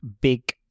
big